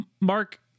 Mark